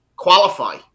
qualify